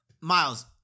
Miles